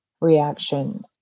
reaction